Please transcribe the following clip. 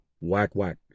whack-whack